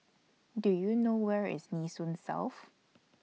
Do YOU know Where IS Nee Soon South